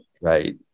Right